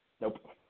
Nope